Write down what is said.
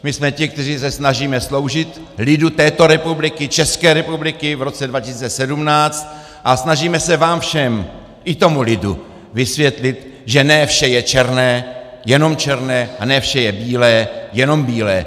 My jsme ti, kteří se snažíme sloužit lidu této republiky, České republiky, v roce 2017 a snažíme se vám všem, i tomu lidu, vysvětlit, že ne vše je černé, jenom černé, a ne vše je bílé, jenom bílé.